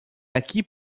acquis